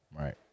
Right